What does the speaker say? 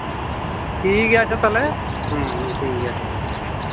ᱴᱷᱤᱠ ᱜᱮᱭᱟ ᱟᱪᱪᱷᱟ ᱛᱟᱦᱚᱞᱮ ᱴᱷᱤᱠ ᱜᱮᱭᱟ ᱴᱷᱤᱠ ᱜᱮᱭᱟ